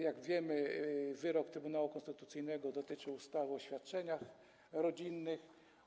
Jak wiemy, wyrok Trybunału Konstytucyjnego dotyczy ustawy o świadczeniach rodzinnych.